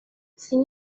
sin